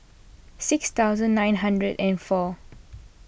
six thousand nine hundred and four